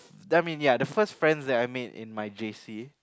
that mean it I the first friend I made in my J C